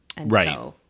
Right